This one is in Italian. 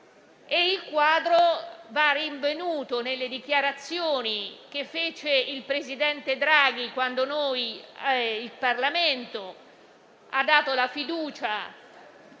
Tale quadro va rinvenuto nelle dichiarazioni che fece il presidente Draghi quando venne in Parlamento a chiedere la fiducia